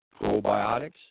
probiotics